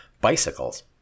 Bicycles